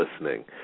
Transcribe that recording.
listening